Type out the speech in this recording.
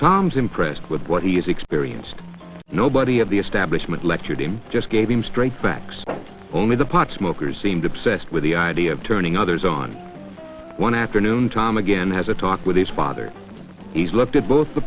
tom's impressed with what he's experienced nobody of the establishment lectured him just gave him straight backs only the pot smokers seemed obsessed with the idea of turning others on one afternoon tom again has a talk with his father he's looked at both the